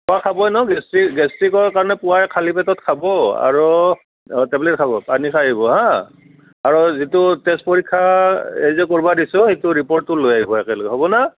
পুৱা খাবই ন গেছট্ৰিক গেছট্ৰিকৰ কাৰণে পুৱাই খালী পেটত খাব আৰু অঁ টেবলেট খাব পানী খাই আহিব হাঁ আৰু যিটো তেজ পৰীক্ষা এই যে কৰিবা দিছোঁ সেইটো ৰিপ'ৰ্টটো লৈ আহিব একেলগে হ'বনে